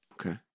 Okay